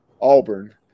Auburn